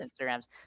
Instagrams